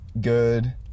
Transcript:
good